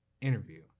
interview